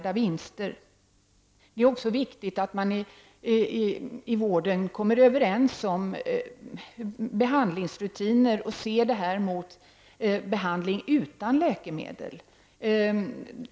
Det är också viktigt att man i vården kommer överens om behandlingsrutiner och ser detta mot behandling utan läkemedel.